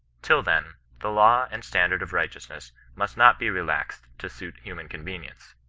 till then, the law and stan dard of righteousness must not be relaxed to suit human convenience.